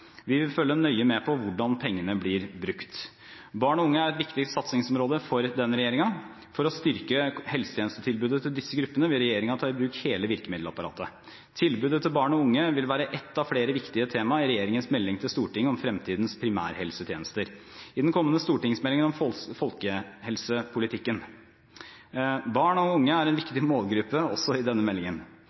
Vi vil følge nøye med på hvordan pengene blir brukt. Barn og unge er et viktig satsingsområde for denne regjeringen. For å styrke helsetjenestetilbudet til disse gruppene vil regjeringen ta i bruk hele virkemiddelapparatet. Tilbudet til barn og unge vil være et av flere viktige tema i regjeringens melding til Stortinget om fremtidens primærhelsetjeneste i den kommende stortingsmeldingen om folkehelsepolitikken. Barn og unge er en viktig målgruppe også i denne meldingen.